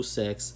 sex